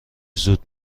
زود